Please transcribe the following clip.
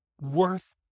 worth